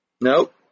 Nope